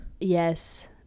Yes